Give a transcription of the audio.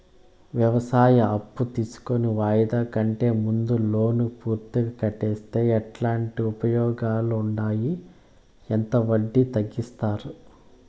వ్యవసాయం అప్పు తీసుకొని వాయిదా కంటే ముందే లోను పూర్తిగా కట్టేస్తే ఎట్లాంటి ఉపయోగాలు ఉండాయి? ఎంత వడ్డీ తగ్గిస్తారు?